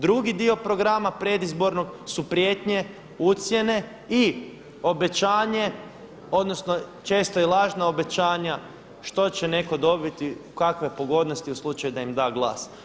Drugi dio programa predizbornog su prijetnje, ucjene i obećanje odnosno često i lažna obećanja što će netko dobiti, kakve pogodnosti u slučaju da im da glas.